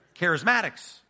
Charismatics